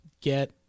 get